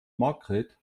margret